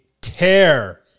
tear